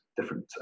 different